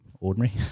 ordinary